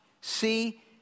see